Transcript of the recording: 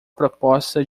proposta